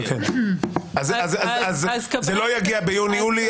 אז זה לא יגיע ביוני יולי,